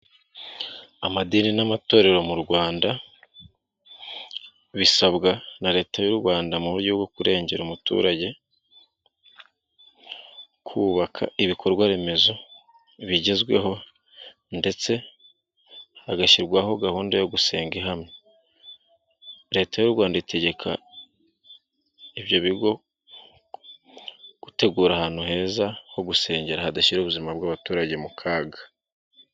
Amadini n'amatorero mu rwanda bisabwa na leta y'u Rwanda mu buryo bwo kurengera umuturage kubaka ibikorwa remezo bigezweho ndetse hagashyirwaho gahunda yo gusenga imye leta y'u rwanda itegeka ibyo bigo gutegura ahantu heza ho gusengera hadashyira ubuzima bw'abaturage mu kaga.